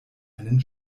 einen